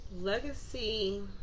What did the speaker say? Legacy